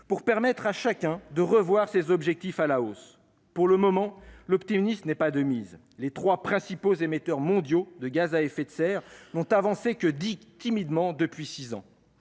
pour permettre à chacun de réviser ses objectifs à la hausse. Pour le moment, l'optimisme n'est pas de mise : les trois principaux émetteurs mondiaux de gaz à effet de serre n'ont avancé que timidement depuis six ans.